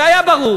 והיה ברור